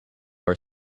are